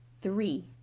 three